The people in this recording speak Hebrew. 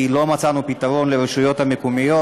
כי לא מצאנו פתרון לרשויות המקומיות.